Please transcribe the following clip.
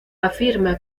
afirma